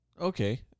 Okay